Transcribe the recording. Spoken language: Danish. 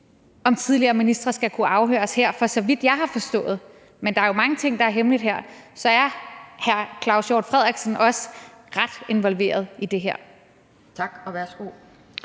om tidligere ministre skal kunne afhøres her. Så vidt jeg har forstået, men der er jo mange ting, der er hemmelige her, er hr. Claus Hjort Frederiksen også ret involveret i det her. Kl.